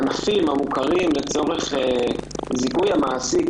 הענפים המוכרים לצורך זיכוי המעסיק